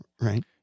Right